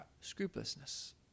scrupulousness